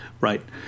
Right